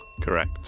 Correct